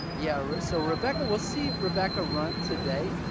yeah so rebekah, we'll see rebekah run today.